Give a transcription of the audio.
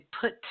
put